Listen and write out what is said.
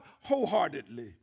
wholeheartedly